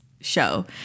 show